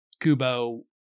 Kubo